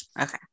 Okay